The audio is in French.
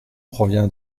provient